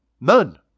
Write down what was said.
None